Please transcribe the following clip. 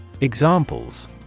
Examples